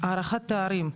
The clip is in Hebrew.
הערכת תארים.